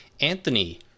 Anthony